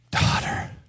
Daughter